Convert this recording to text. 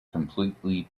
completely